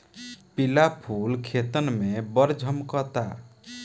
पिला फूल खेतन में बड़ झम्कता